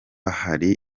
hari